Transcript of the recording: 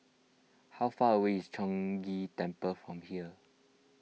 how far away is Chong Ghee Temple from here